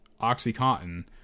OxyContin